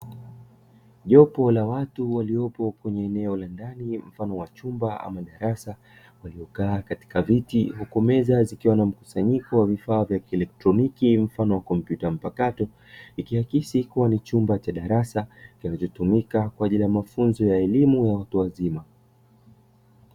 Jopo la watu waliopo kwenye eneo la ndani mfano wa chumba ama darasa waliokaa katika viti huku meza zilikiwa na vifaa vya kieletroniki mfano wa kompyuta mpakato, ikiakisi ni mfano wa chumba cha darasa kinachotumika kwa ajili ya mafunzo ya elimu ya watu wazima.